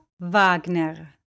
Wagner